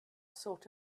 sort